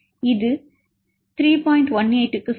18 க்கு சமம்